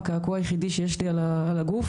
הקעקוע היחידי שיש לי על הגוף